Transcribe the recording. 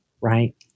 right